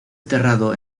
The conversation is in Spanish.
enterrado